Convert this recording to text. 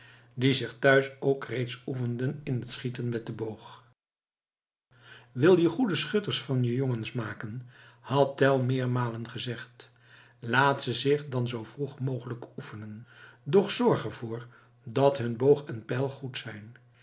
die zich thuis ook reeds oefenden in het schieten met den boog wil je goede schutters van je jongens maken had tell meermalen gezegd laat ze zich dan zoo vroeg mogelijk oefenen doch zorg ervoor dat hun boog en pijl goed zijn